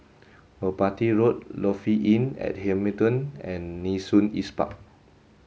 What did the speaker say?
Merpati Road Lofi Inn at Hamilton and Nee Soon East Park